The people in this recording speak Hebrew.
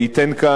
ביום רביעי,